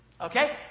Okay